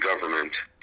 government